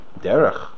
derech